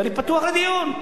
ואני פתוח לדיון.